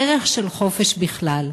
ערך של חופש בכלל.